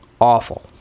awful